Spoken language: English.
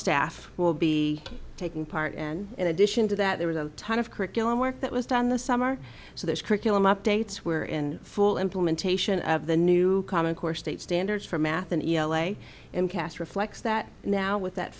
staff will be taking part in in addition to that there was a ton of curriculum work that was done in the summer so this curriculum updates were in full implementation of the new common core state standards for math and l a and cas reflects that now with that